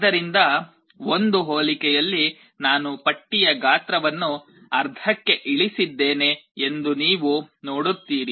ಆದ್ದರಿಂದ ಒಂದು ಹೋಲಿಕೆಯಲ್ಲಿ ನಾನು ಪಟ್ಟಿಯ ಗಾತ್ರವನ್ನು ಅರ್ಧಕ್ಕೆ ಇಳಿಸಿದ್ದೇನೆ ಎಂದು ನೀವು ನೋಡುತ್ತೀರಿ